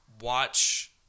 Watch